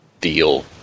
deal